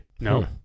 No